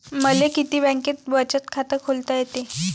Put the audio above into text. मले किती बँकेत बचत खात खोलता येते?